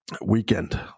Weekend